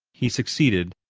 he succeeded,